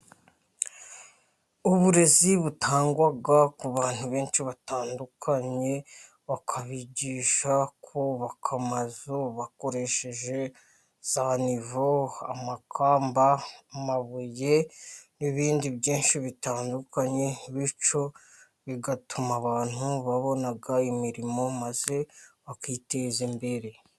Uburezi butangwa ku bantu benshi batandukanye bakabigisha kubaka amazu bakoresheje za nivo, amakamba, mabuye, n'ibindi byinshi bitandukanye, bityo bigatuma abantu babonaga imirimo, maze bakiteza imbere.